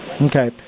Okay